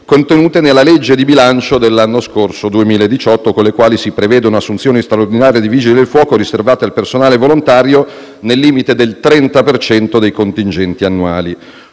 contenute nella legge di bilancio dell'anno scorso, quindi del 2018, con le quali si prevede un'assunzione straordinaria di vigili del fuoco, riservata al personale volontario, nel limite del 30 per cento dei contingenti annuali.